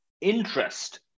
interest